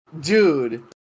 Dude